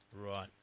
Right